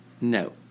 No